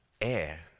air